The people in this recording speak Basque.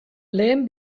lehen